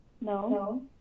No